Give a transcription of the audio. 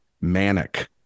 manic